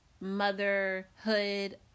motherhood